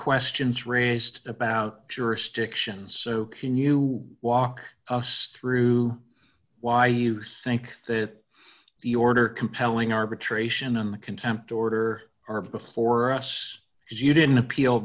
questions raised about jurisdiction so can you walk us through why you think that the order compelling arbitration and the contempt order are before us as you didn't appeal